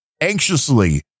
anxiously